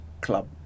club